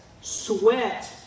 sweat